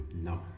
No